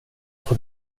får